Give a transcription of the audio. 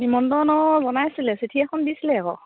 নিমন্ত্ৰণ অঁ বনাইছিলে চিঠি এখন দিছিলে আকৌ